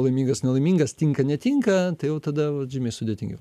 laimingas nelaimingas tinka netinka tai jau tada vat žymiai sudėtingiau